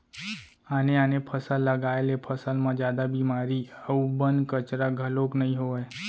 आने आने फसल लगाए ले फसल म जादा बेमारी अउ बन, कचरा घलोक नइ होवय